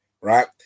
right